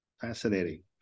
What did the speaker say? Fascinating